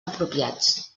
apropiats